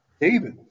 David